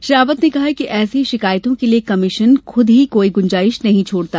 श्री रावत ने कहा कि ऐसी शिकायतों के लिए कमीशन खुद ही कोई गुंजाइश नहीं छोड़ता